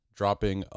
dropping